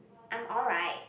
I'm alright